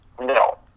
No